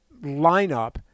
lineup